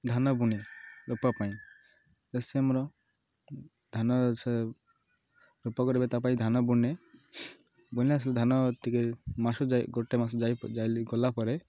ଧାନ ବୁଣେ ରୋପା ପାଇଁ ଚାଷୀ ଆମର ଧାନ ସେ ରୋପା କରିବେ ତା' ପାଇଁ ଧାନ ବୁଣେ ବୁଣିଲେ ସେ ଧାନ ଟିକେ ମାସ ଯାଇ ଗୋଟେ ମାସ ଯାଇ ଯାଇଲି ଗଲା ପରେ